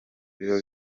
biba